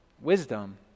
wisdom